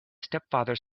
stepfather